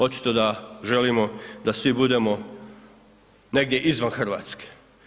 Očito da želimo da svi budemo negdje izvan Hrvatske.